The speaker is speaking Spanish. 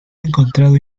encontrado